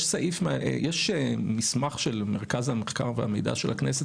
יש מסמך של מרכז המחקר והמידע של הכנסת